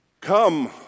Come